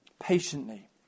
patiently